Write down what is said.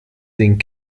ding